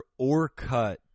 Orcut